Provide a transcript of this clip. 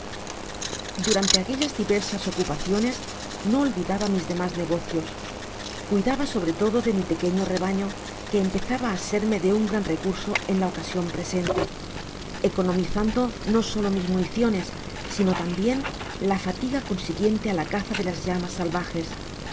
durante aquellas diversas ocupaciones no olvidaba mis demas negocios cuidaba sobre todo de mi pequeño rebaño que empezaba á serme de un gran recurso en la ocasion presente economizando no solo mis municiones sino tambien la fatiga consiguiente á la caza de las llamas salvajes